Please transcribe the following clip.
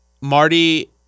Marty